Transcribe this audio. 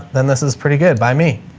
then this is pretty good by me